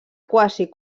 quasi